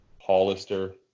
Hollister